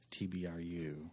TBRU